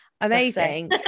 Amazing